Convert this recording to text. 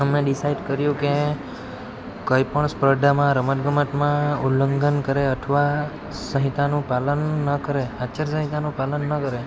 અમે ડિસાઇડ કર્યું કે કંઈપણ સ્પર્ધામાં રમતગમતમાં ઉલ્લંઘન કરે અથવા સંહિતાનું પાલન ન કરે આચારસંહિતાનું પાલન ન કરે